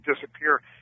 disappear